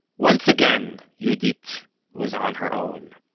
once again, yehudit was on her own.